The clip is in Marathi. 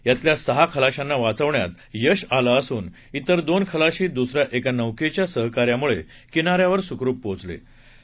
यातल्या सहा खलाशांना वाचविण्यात यश आलं असून तिर दोन खलाशी दुसऱ्या एका नौकेच्या सहकार्यामुळे किनाऱ्यावर सुखरुप पोहोचले आहेत